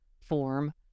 form